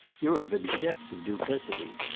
you're of a depth of duplicity!